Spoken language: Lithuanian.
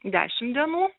dešimt dienų